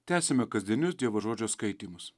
tęsiame kasdienius dievo žodžio skaitymus